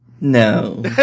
No